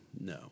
No